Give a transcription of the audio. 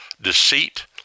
deceit